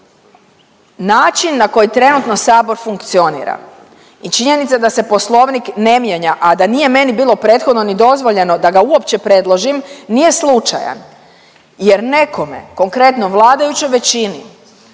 Način na koji trenutno sabor funkcionira i činjenica da se Poslovnik ne mijenja, a da nije meni prethodno bilo ni dozvoljeno da ga uopće predložim nije slučajan jer nekome konkretno vladajućoj većini